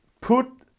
put